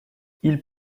ils